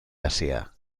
asia